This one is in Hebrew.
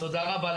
תודה רבה.